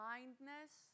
Kindness